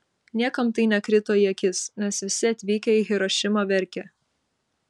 niekam tai nekrito į akis nes visi atvykę į hirošimą verkė